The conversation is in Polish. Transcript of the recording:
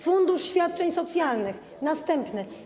Fundusz świadczeń socjalnych - następne.